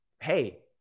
hey